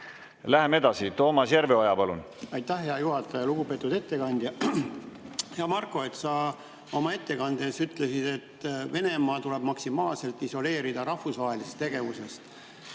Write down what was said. Läheme edasi. Toomas Järveoja, palun! Aitäh, hea juhataja! Lugupeetud ettekandja, hea Marko! Sa oma ettekandes ütlesid, et Venemaa tuleb maksimaalselt isoleerida rahvusvahelisest tegevusest.